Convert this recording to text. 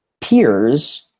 peers